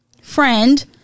friend